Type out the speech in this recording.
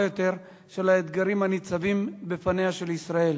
יותר של האתגרים הניצבים בפניה של ישראל,